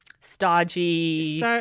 stodgy